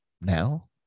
Now